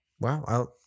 wow